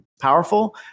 powerful